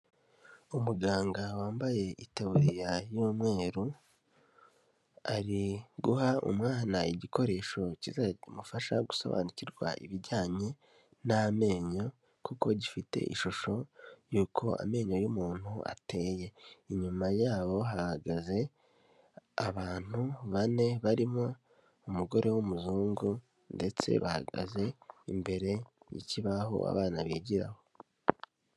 Umuganga wambaye itaburiya y'umweru, ari guha umwana igikoresho kizamufasha gusobanukirwa ibijyanye n'amenyo, kuko gifite ishusho y'uko amenyo y'umuntu ateye. Inyuma yabo, hahagaze, abantu, bane, barimo, umugore w'umuzungu, ndetse bahagaze, imbere y'ikibaho abana bigiraho.